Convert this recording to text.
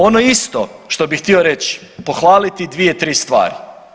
Ono isto što bi htio reći, pohvaliti dvije, tri stvari.